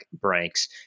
breaks